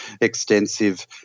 extensive